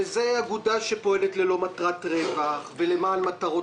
זה אגודה שפועלת ללא מטרת רווח ולמען מטרות